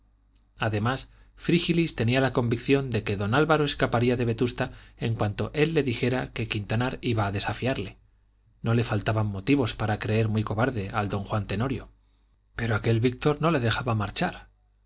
además frígilis tenía la convicción de que don álvaro escaparía de vetusta en cuanto él le dijera que quintanar iba a desafiarle no le faltaban motivos para creer muy cobarde al don juan tenorio pero aquel víctor no le dejaba marchar